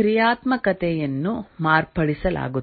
ಕ್ರಿಯಾತ್ಮಕತೆಯನ್ನು ಮಾರ್ಪಡಿಸಲಾಗುತ್ತದೆ